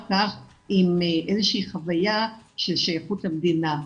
כך עם איזו שהיא חוויה של שייכות למדינה.